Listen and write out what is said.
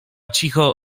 cicho